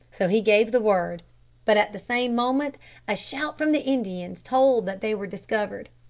so he gave the word but at the same moment a shout from the indians told that they were discovered.